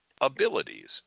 abilities